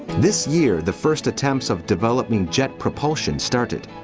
this year the first attempts of developing jet propulsion started.